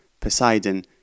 Poseidon